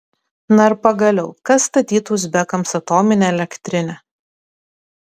na ir pagaliau kas statytų uzbekams atominę elektrinę